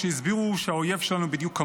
כשהסבירו שהאויב שלנו בדיוק כמונו,